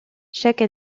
chaque